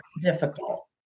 difficult